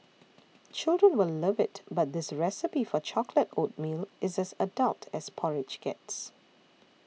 children will love it but this recipe for chocolate oatmeal is as adult as porridge gets